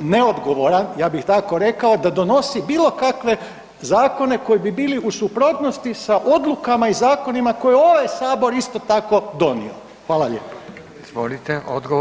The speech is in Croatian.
neodgovoran, ja bih tako rekao, da donosi bilo kakve zakone koji bi bili u suprotnosti sa odlukama i zakonima koje je ovaj Sabor isto tako donio.